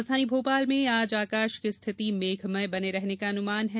राजधानी भोपाल में आज आकाश की स्थिति मेघमय बने रहने का अनुमान है